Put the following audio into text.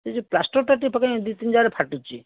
ଏଇ ଯେଉଁ ପ୍ଲାଷ୍ଟର୍ଟା ଦୁଇ ତିନି ଜାଗାରେ ଫାଟୁଛି